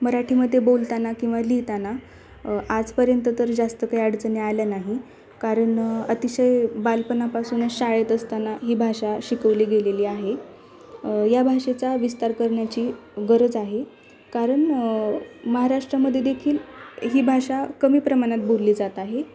मराठीमध्ये बोलताना किंवा लिहिताना आजपर्यंत तर जास्त काही अडचणी आल्या नाही कारण अतिशय बालपणापासूनच शाळेत असताना ही भाषा शिकवली गेलेली आहे या भाषेचा विस्तार करण्याची गरज आहे कारण महाराष्ट्रामध्येदेखील ही भाषा कमी प्रमाणात बोलली जात आहे